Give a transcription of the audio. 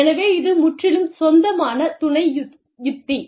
எனவே இது முற்றிலும் சொந்தமான துணை உத்தி